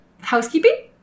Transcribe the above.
housekeeping